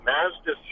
Mazda